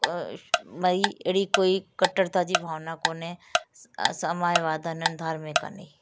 भई अहिड़ी कोई कटरता जी भावना कोन्हे समायवाद आहे निर्धार में कोन्हे